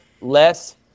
Less